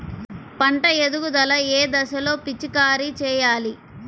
పంట ఎదుగుదల ఏ దశలో పిచికారీ చేయాలి?